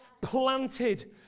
planted